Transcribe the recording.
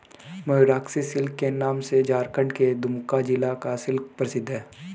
Mayurakshi silk के नाम से झारखण्ड के दुमका जिला का सिल्क प्रसिद्ध है